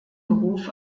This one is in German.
beruf